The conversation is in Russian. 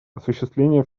осуществление